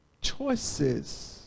choices